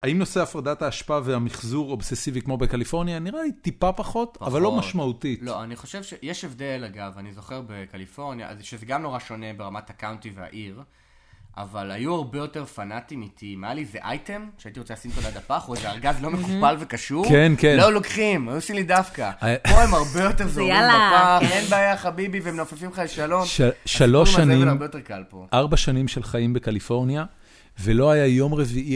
האם נושא הפרדת ההשפעה והמחזור אובססיבי כמו בקליפורניה נראה לי טיפה פחות, אבל לא משמעותית. לא, אני חושב שיש הבדל, אגב, אני זוכר בקליפורניה, שזה גם נורא שונה ברמת הקאונטי והעיר, אבל היו הרבה יותר פנאטים איתי, אם היה לי איזה אייטם, שהייתי רוצה לשים אותו ליד הפח או איזה ארגז לא מקופל וקשור? כן, כן. לא לוקחים, היו עושים לי דווקא. פה הם הרבה יותר זורמים עם הפח, אין בעיה, חביבי, ומנופפים לך לשלום. שלוש שנים, ארבע שנים של חיים בקליפורניה ולא היה יום רביעי.